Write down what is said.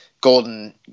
Golden